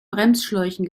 bremsschläuchen